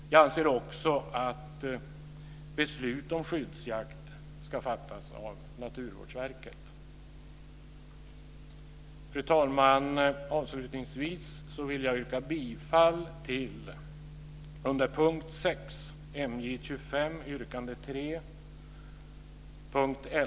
Jag anser också att beslut om skyddsjakt ska fattas av Naturvårdsverket. Fru talman! Avslutningsvis yrkar jag bifall till